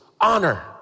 Honor